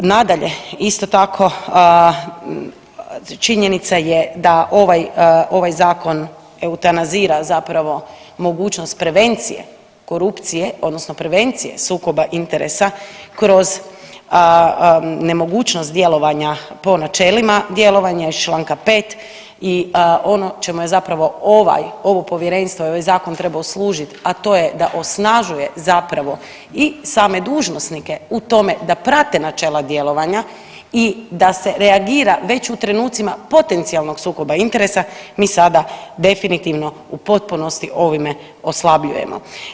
Nadalje, isto tako činjenica je da ovaj, ovaj zakon eutanazira zapravo mogućnost prevencije korupcije odnosno prevencije sukoba interesa kroz nemogućnost djelovanja po načelima djelovanja iz čl.5. i ono čemu je zapravo ovaj, ovo povjerenstvo i ovaj zakon trebao služit, a to je da osnažuje zapravo i same dužnosnike u tome da prate načela djelovanja i da se reagira već u trenucima potencionalnog sukoba interesa mi sada definitivno u potpunosti ovime oslabljujemo.